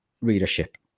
readership